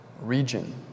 region